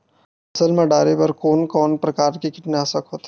फसल मा डारेबर कोन कौन प्रकार के कीटनाशक होथे?